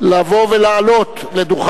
התאמה